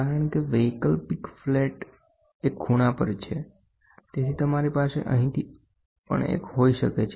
કારણ કે વૈકલ્પિક ફ્લેટ એક ખૂણા પર છે તેથી તમારી પાસે અહીંથી અહીંથી પણ એક હોઈ શકે છે